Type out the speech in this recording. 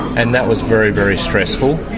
and that was very, very stressful,